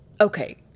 Okay